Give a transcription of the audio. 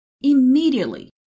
Immediately